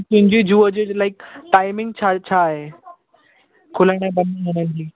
तुंहिंजी जूअ जी लाइक टाइमिंग छा छा आहे खुलण ऐं बंदि थियण जी